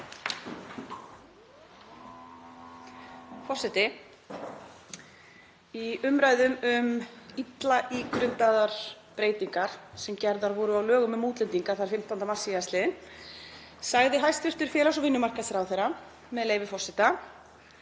Forseti. Í umræðum um illa ígrundaðar breytingar sem gerðar voru á lögum um útlendinga þann 15. mars síðastliðinn, sagði hæstv. félags- og vinnumarkaðsráðherra, með leyfi forseta: